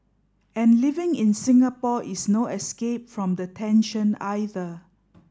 and living in Singapore is no escape from the tension either